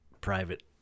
private